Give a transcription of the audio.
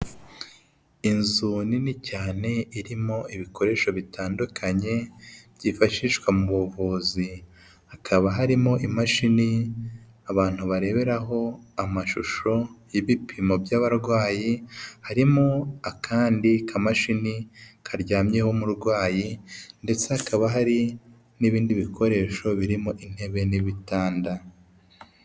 Inzu nini cyane irimo ibikoresho bitandukanye byifashishwa mu buvuzi, hakaba harimo imashini abantu bareberaho amashusho y'ibipimo by'abarwayi, harimo akandi kamashini karyamyeho umurwayi ndetse hakaba hari n'ibindi bikoresho birimo intebe n'ibitanda.